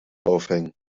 aufhängen